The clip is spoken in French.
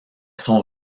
son